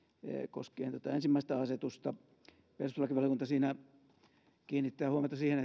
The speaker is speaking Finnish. koskien tätä ensimmäistä asetusta perustuslakivaliokunta siinä kiinnittää huomiota siihen